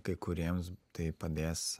kai kuriems tai padės